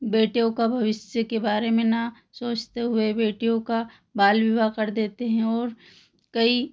बेटियों का भविष्य के बारे में ना सोचते हुए बेटियों का बाल विवाह कर देते हैं और कई